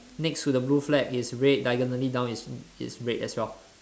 next to the blue flag is red diagonally down is it's red as well